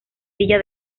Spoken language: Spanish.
villa